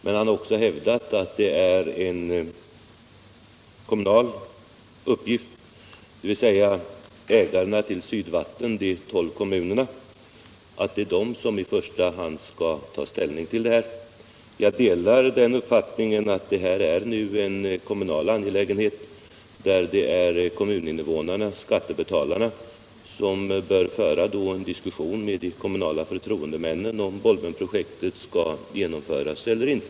Men han har också hävdat att det är en kommunal uppgift, dvs. ägarna till Sydvatten —- de tolv kommunerna — skall i första hand ta ställning. Jag delar uppfattningen att detta är en kommunal angelägenhet där skattebetalarna i kommunen bör föra en diskussion med de kommunala förtroendemännen om Bolmenprojektet skall genomföras eller inte.